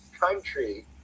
country